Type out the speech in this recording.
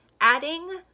adding